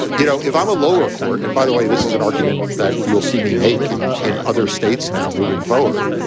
you know, if i'm a lower court and by the way, this is an argument that you'll see me making in other states now moving forward,